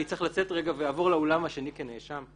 אני צריך רגע ללכת ויעבור לאולם השני כנאשם?